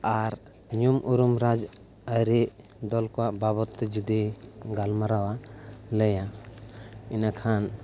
ᱟᱨ ᱧᱩᱢ ᱩᱨᱩᱢ ᱨᱟᱡᱽ ᱟᱹᱨᱤ ᱫᱚᱞ ᱠᱚᱣᱟᱜ ᱵᱟᱵᱚᱛ ᱛᱮ ᱡᱩᱫᱤ ᱜᱟᱞᱢᱟᱨᱟᱣᱟ ᱞᱟᱹᱭᱟ ᱤᱱᱟᱹᱠᱷᱟᱱ